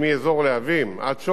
אנחנו ממאחז כבר,